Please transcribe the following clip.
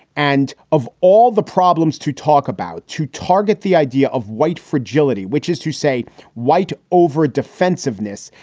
and of all the problems to talk about, to target the idea of white fragility, which is to say white over a defensiveness.